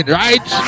right